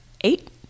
eight